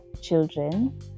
children